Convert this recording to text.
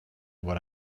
what